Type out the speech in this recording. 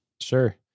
sure